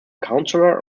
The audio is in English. councillor